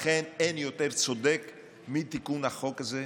לכן אין יותר צודק מתיקון החוק הזה.